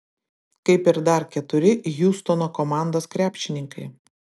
kaip ir dar keturi hjustono komandos krepšininkai